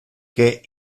que